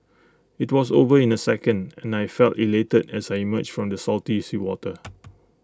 IT was over in A second and I felt elated as I emerged from the salty seawater